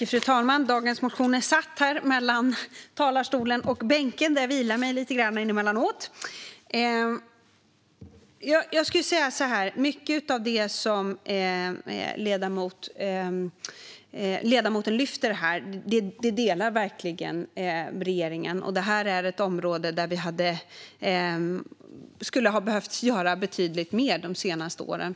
Fru talman! Jag skulle vilja säga att regeringen delar mycket av det som ledamoten lyfter här. Det här är ett område där det hade behövt göras betydligt mer de senaste åren.